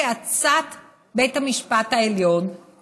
כעצת בית המשפט העליון,